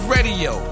Radio